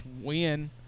win